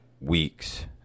weeks